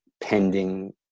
pending